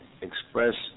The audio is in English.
express